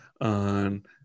on